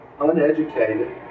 uneducated